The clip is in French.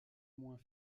moins